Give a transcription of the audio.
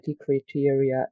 criteria